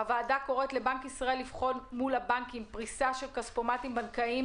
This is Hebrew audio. הוועדה קוראת לבנק ישראל לבחון מול הבנקים פריסה של כספומטים בנקאיים